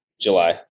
July